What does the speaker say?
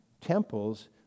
temples